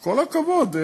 כל הכבוד.